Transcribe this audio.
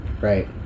Right